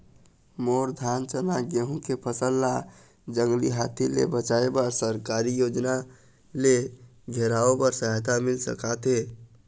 मोर धान चना गेहूं के फसल ला जंगली हाथी ले बचाए बर सरकारी योजना ले घेराओ बर सहायता मिल सका थे?